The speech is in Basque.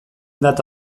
data